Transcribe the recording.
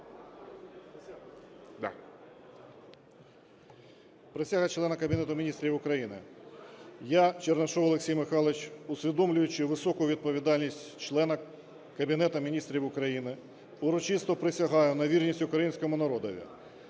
Присяга члена Кабінету Міністрів України. Я, Чернишов Олексій Михайлович, усвідомлюючи високу відповідальність члена Кабінету Міністрів України, урочисто присягаю на вірність Українському народові.